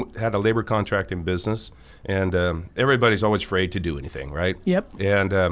had a labor contract in business and everybody's always afraid to do anything, right? yeah and